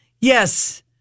yes